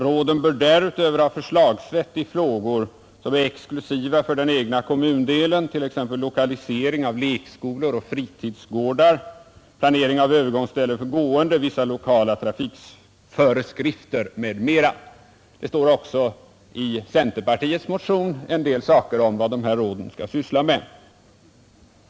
Råden bör därutöver ha förslagsrätt i frågor som är exklusiva för den egna kommundelen, t.ex. lokalisering av lekskolor och fritidsgårdar, planering av övergångsställen för gående, vissa lokala trafikföreskrifter m.m.” Också i centerpartiets motion står det en del om vad de här råden skall syssla med.